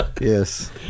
Yes